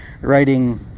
writing